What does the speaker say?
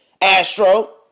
Astro